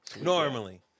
normally